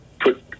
put